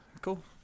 Cool